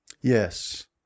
Yes